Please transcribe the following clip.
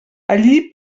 allí